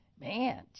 man